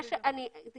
אני יכולה לעשות בדיקה.